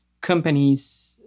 companies